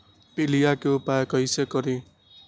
पीलिया के उपाय कई से करी?